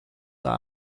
are